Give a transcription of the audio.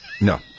No